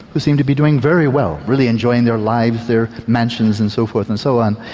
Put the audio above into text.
who seem to be doing very well really enjoying their lives, their mansions and so forth and so on.